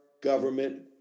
government